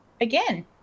again